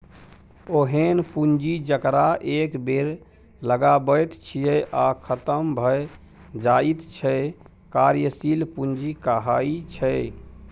ओहेन पुंजी जकरा एक बेर लगाबैत छियै आ खतम भए जाइत छै कार्यशील पूंजी कहाइ छै